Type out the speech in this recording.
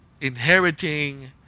inheriting